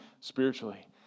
spiritually